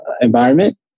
environment